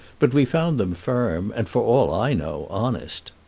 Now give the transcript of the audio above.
but we found them firm, and, for all i know, honest.